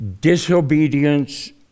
disobedience